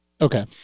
Okay